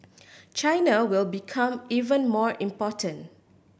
China will become even more important